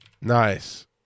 Nice